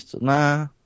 Nah